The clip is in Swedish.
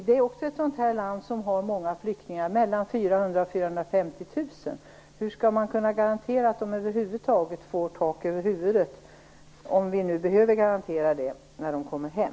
Där handlar det också om ett land som har många flyktingar; 400 000-450 000. Hur skall man kunna garantera att de över huvud taget får tak över huvudet - om vi nu behöver garantera det - när de kommer hem?